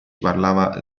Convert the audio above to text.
parlava